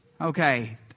Okay